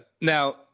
now